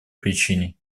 причине